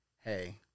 hey